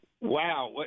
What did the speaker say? wow